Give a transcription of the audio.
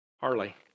Harley